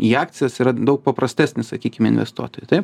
į akcijas yra daug paprastesnis sakykim investuotojui taip